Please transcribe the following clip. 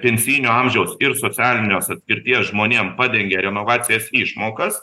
pensijinio amžiaus ir socialinios atskirties žmonėm padengia renovacijas išmokas